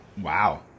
Wow